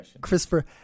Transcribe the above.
Christopher